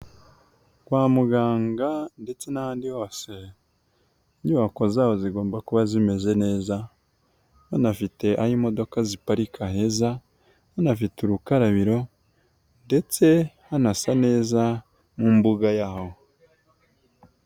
Kwa muganga ndetse n'ahandi hose, inyubako zaho zigomba kuba zimeze neza. Banafite aho imodoka ziparika heza, banafite urukarabiro, ndetse hanasa neza mu mbuga yaho.